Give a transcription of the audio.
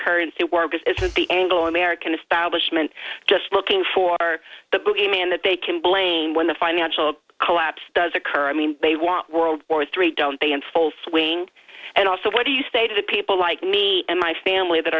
currency war because isn't the angle american establishment just looking for the bogeyman that they can blame when the financial collapse does occur i mean they want world war three don't they in full swing and also what do you say to people like me and my family that